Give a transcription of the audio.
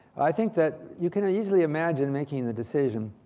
i think that you can easily imagine making the decision.